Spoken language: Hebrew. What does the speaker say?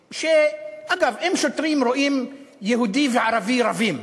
אגב, אם שוטרים רואים יהודי וערבי רבים,